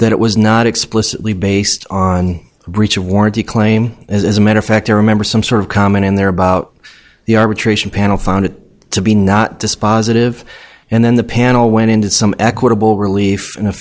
that it was not explicitly based on a breach of warranty claim as a matter of fact i remember some sort of comment in there about the arbitration panel found it to be not dispositive and then the panel went into some equitable relief